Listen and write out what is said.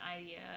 idea